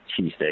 cheesesteak